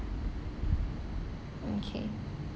okay